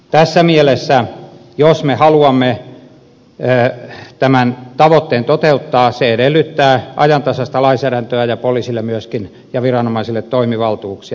tässä mielessä jos me haluamme tämän tavoitteen toteuttaa se edellyttää ajantasaista lainsäädäntöä ja poliisille ja myöskin viranomaisille toimivaltuuksia